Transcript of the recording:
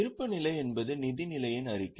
இருப்புநிலை என்பது நிதி நிலையின் அறிக்கை